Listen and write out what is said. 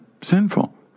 sinful